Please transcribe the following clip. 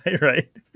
right